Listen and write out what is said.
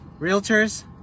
Realtors